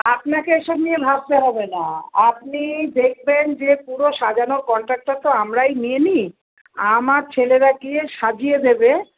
আপনাকে এসব নিয়ে ভাবতে হবে না আপনি দেখবেন যে পুরো সাজানোর কন্ট্রাক্টটা তো আমরাই নিয়ে নিই আমার ছেলেরা গিয়ে সাজিয়ে দেবে